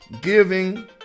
giving